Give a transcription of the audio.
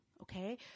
okay